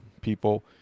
people